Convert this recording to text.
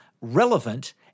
relevant